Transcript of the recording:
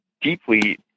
deeply